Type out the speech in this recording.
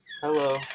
Hello